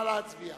נא להצביע.